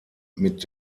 mit